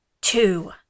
Two